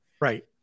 Right